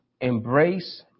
embrace